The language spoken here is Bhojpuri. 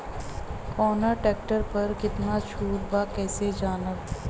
कवना ट्रेक्टर पर कितना छूट बा कैसे जानब?